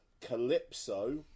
Calypso